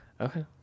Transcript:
okay